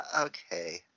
okay